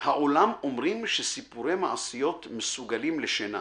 "העולם אומר שסיפורי מעשיות מסוגלים לשינה,